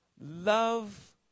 love